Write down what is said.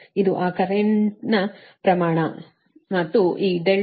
ಇದು ಆ ಕರೆಂಟ್ದ ಪ್ರಮಾಣ ಮತ್ತು ಈ R1 ಇದು 22